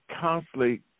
constantly